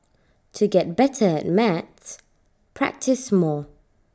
to get better at maths practise more